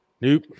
Nope